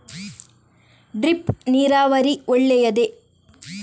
Drip ನೀರಾವರಿ ಒಳ್ಳೆಯದೇ?